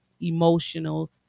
emotional